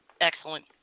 Excellent